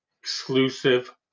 exclusive